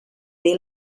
they